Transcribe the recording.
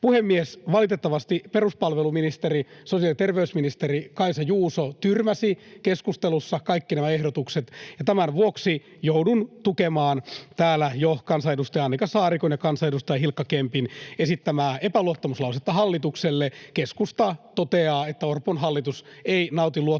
Puhemies! Valitettavasti peruspalveluministeri, sosiaali- ja terveysministeri Kaisa Juuso tyrmäsi keskustelussa kaikki nämä ehdotukset, ja tämän vuoksi joudun tukemaan täällä jo kansanedustaja Annika Saarikon ja kansanedustaja Hilkka Kempin esittämää epäluottamuslausetta hallitukselle. Keskusta toteaa, että Orpon hallitus ei nauti luottamustamme,